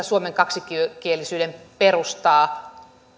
suomen kaksikielisyyden perustaa